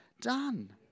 done